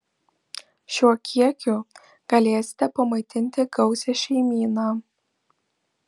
šiuo kiekiu galėsite pamaitinti gausią šeimyną